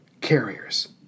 carriers